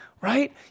right